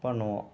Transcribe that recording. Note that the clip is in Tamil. பண்ணுவோம்